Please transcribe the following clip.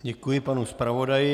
Děkuji panu zpravodaji.